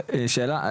שאלה,